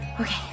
Okay